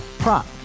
prop